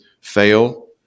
fail